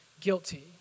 guilty